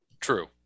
True